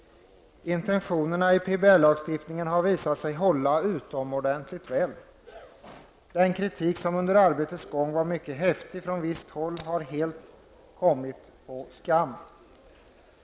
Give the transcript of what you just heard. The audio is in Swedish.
Intentionerna med PBL-lagstiftningen har visat sig hålla utomordentligt väl. Den häftiga kritik som under arbetets gång framfördes från visst håll har helt kommit på skam.